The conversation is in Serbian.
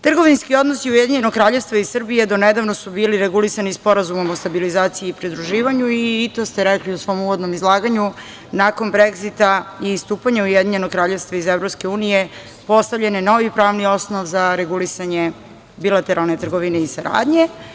Trgovinski odnosi Ujedinjenog Kraljevstva i Srbije do nedavno su bili regulisani Sporazumom o stabilizaciji i pridruživanju i to ste rekli u svom uvodnom izlaganju, nakon "Bregzita" i istupanja Ujedinjenog Kraljevstva iz EU, postavljen je novi pravni osnov za regulisanje bilateralne trgovine i saradnje.